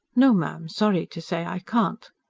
no, ma'am, sorry to say i can't,